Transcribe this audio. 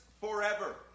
forever